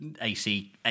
AC